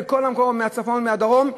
מהצפון ומהדרום,